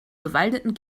bewaldeten